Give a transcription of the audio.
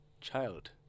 child